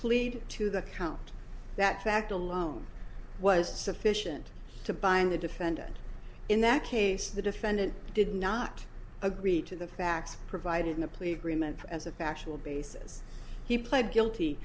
plead to the count that fact alone was sufficient to bind the defendant in that case the defendant did not agree to the facts provided in a plea agreement as a factual basis he pled guilty